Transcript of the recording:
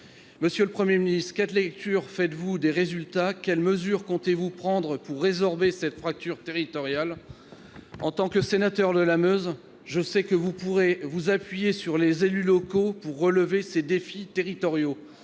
Monsieur le Premier ministre, quelle lecture faites-vous des résultats et quelles mesures comptez-vous prendre pour résorber la fracture territoriale ? En tant que sénateur de la Meuse, je sais que vous pourrez vous appuyer sur les élus locaux pour relever les défis territoriaux.